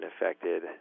affected